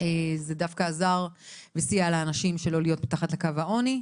זה דווקא עזר וסייע לאנשים שלא להיות מתחת לקו העוני,